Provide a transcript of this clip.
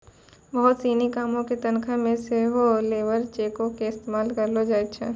बहुते सिनी कामो के तनखा मे सेहो लेबर चेको के इस्तेमाल करलो जाय छै